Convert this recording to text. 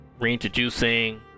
Reintroducing